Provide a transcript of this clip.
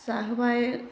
जाहोबाय